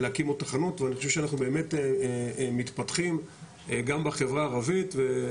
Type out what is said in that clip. ואני חושב שאנחנו באמת מתפתחים, גם בחברה הערבית.